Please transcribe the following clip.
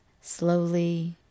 slowly